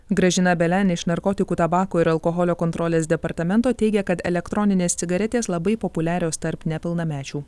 gražina belen iš narkotikų tabako ir alkoholio kontrolės departamento teigia kad elektroninės cigaretės labai populiarios tarp nepilnamečių